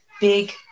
big